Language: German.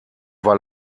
war